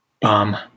bomb